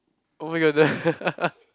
oh my god the